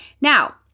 Now